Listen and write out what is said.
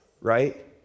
right